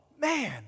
man